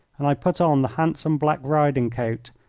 and i put on the handsome black riding-coat,